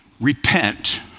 repent